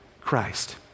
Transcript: Christ